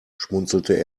schmunzelte